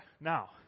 now